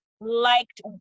liked